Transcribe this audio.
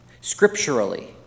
Scripturally